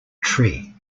tree